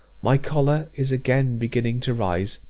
my choler is again beginning to rise.